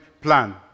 plan